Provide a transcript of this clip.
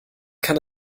kann